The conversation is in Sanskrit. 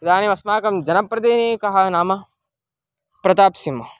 इदानीम् अस्माकं जनप्रदिनिधिः कः नाम प्रताप्सिंह